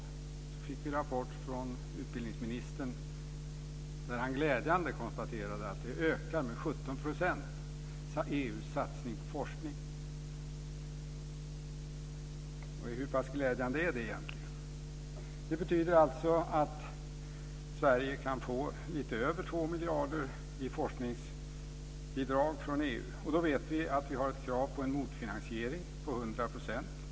Vi fick en rapport från utbildningsministern där han med glädje konstaterar att EU:s satsning ökar med 17 %. Hur pass glädjande är det egentligen? Det betyder att Sverige kan få lite över 2 miljarder i forskningsbidrag från EU. Då vet vi att vi har ett krav på en motfinansiering på 100 %.